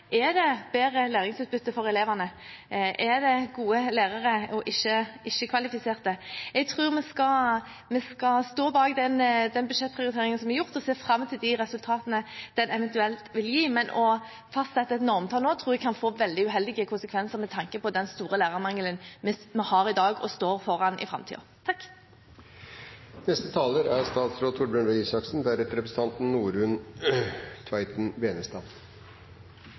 bedre læringsutbytte for elevene? Er det gode lærere, og ikke ikke-kvalifiserte? Jeg tror vi skal stå bak den budsjettprioriteringen som er gjort, og se fram til de resultatene den eventuelt vil gi, men å fastsette et normtall nå tror jeg kan få veldig uheldige konsekvenser med tanke på den store lærermangelen vi har i dag, og som vi står foran i framtiden. Dette er jo ikke primært en diskusjon som handler om hvorvidt flere lærerstillinger kan være bra eller ikke. Det er